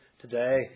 today